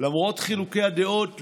למרות חילוקי הדעות,